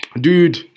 dude